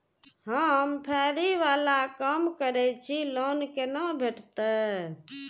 हम फैरी बाला काम करै छी लोन कैना भेटते?